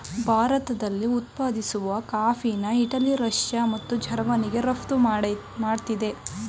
ಭಾರತದಲ್ಲಿ ಉತ್ಪಾದಿಸೋ ಕಾಫಿನ ಇಟಲಿ ರಷ್ಯಾ ಮತ್ತು ಜರ್ಮನಿಗೆ ರಫ್ತು ಮಾಡ್ತಿದೆ